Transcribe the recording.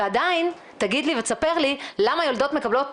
עדיין תגיד לי ותספר לי למה יולדות מקבלות